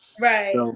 Right